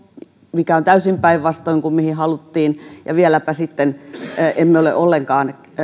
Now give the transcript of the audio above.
mikä on täysin päinvastoin kuin mitä haluttiin ja vieläpä siten että emme ole ollenkaan